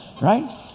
right